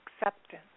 acceptance